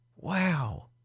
Wow